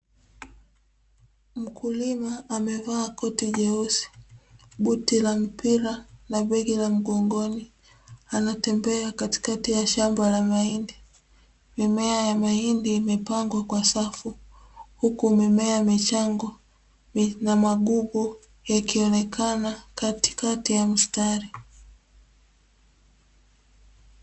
Mkulima amevaa koti jeusi, buti za mpira, na begi la mgongoni. Anatembea katikati ya shamba la mahindi. Mimea ya mahindi imepangwa kwa safu, huku mimea michanga na magugu yakionekana katikati ya mstari.